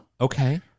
okay